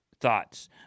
Thoughts